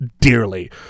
dearly